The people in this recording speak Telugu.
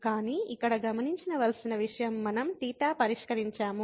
కానీ ఇక్కడ గమనించవలసిన విషయం మనం θ పరిష్కరించాము